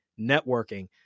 networking